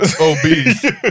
obese